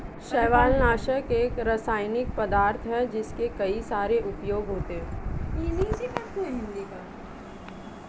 शैवालनाशक एक रासायनिक पदार्थ है जिसके कई सारे उपयोग होते हैं